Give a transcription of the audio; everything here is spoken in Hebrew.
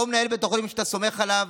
אותו מנהל בית חולים, שאתה סומך עליו